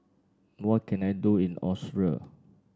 what can I do in Austria